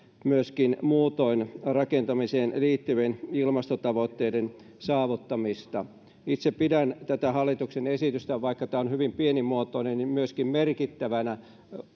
myöskin muutoin rakentamiseen liittyvien ilmastotavoitteiden saavuttamista itse pidän tätä hallituksen esitystä vaikka tämä on hyvin pienimuotoinen myöskin merkittävänä